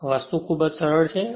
આ ખૂબ જ સરળ વસ્તુ છે